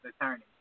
attorney